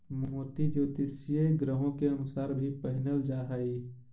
मोती ज्योतिषीय ग्रहों के अनुसार भी पहिनल जा हई